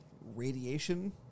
radiation